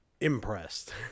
impressed